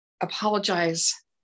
apologize